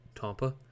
tampa